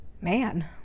man